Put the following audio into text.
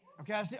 Okay